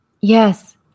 Yes